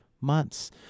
months